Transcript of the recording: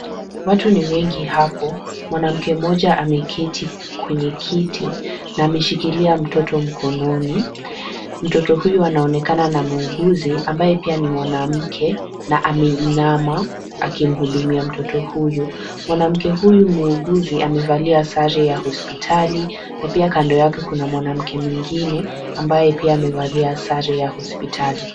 Watu ni wengi hapo, mwanamke mmoja ameketi kwenye kiti, na amishikilia mtoto mkononi. Mtoto huyu anaonekana na muuguzi, ambaye pia ni mwanamke, na ameinama akimhudumia mtoto huyu. Mwanamke huyu, muuguzi, amevalia sare ya hospitali, na pia kando yake kuna mwanamke mwingine, ambaye pia amevalia sare ya hospitali.